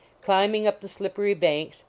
climbing up the slippery banks,